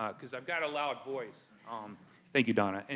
um because i've got a loud voice um thank you, donna, and